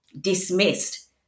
dismissed